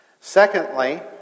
Secondly